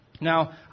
Now